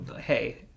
hey